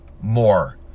more